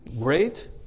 Great